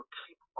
keep